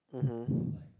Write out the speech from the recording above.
mmhmm